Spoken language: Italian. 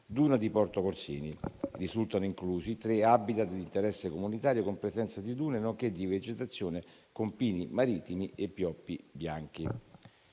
Duna di Porto Corsini. Risultano inclusi tre *habitat* di interesse comunitario con presenza di dune, nonché di vegetazione con pini marittimi e pioppi bianchi.